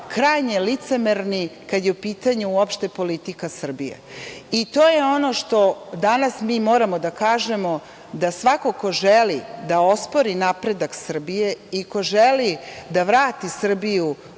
krajnje licemerni kad je u pitanju uopšte politika Srbije. To je ono što danas mi moramo da kažemo da svako ko želi da ospori napredak Srbije i ko želi da vrati Srbiju